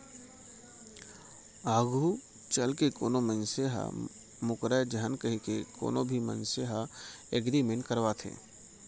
आघू चलके कोनो मनसे ह मूकरय झन कहिके कोनो भी मनसे ह एग्रीमेंट करवाथे